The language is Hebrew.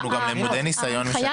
אנחנו גם למודי ניסיון משנים קודמות.